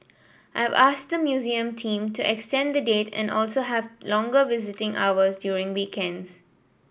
I've asked the museum team to extend the date and also to have longer visiting hours during weekends